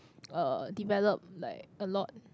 uh developed like a lot